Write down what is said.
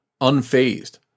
unfazed